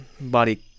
body